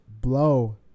blow